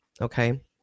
okay